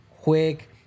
quick